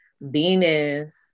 Venus